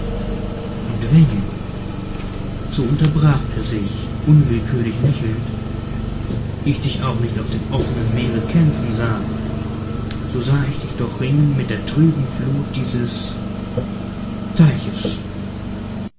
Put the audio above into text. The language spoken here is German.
und wenn so unterbrach er sich unwillkürlich lächelnd ich dich auch nicht auf dem offenen meere kämpfen sah so sah ich dich doch ringen mit der trüben flut dieses teiches